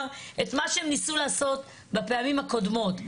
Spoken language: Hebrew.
את מה שהם ניסו לעשות בפעמים הקודמות.